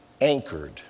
anchored